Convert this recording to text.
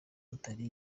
atari